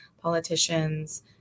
politicians